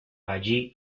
allí